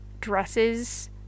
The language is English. dresses